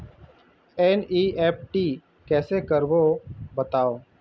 NEFT कैसे करबो बताव?